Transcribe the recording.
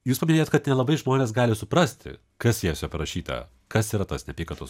jūs paminėjot kad tai labai žmonės gali suprasti kas jose parašyta kas yra tos neapykantos